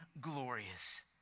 glorious